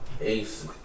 Ace